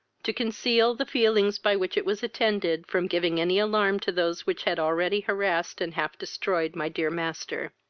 to conceal the feelings by which it was attended, from giving any alarm to those which had already harassed and half destroyed my dear master.